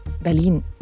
Berlin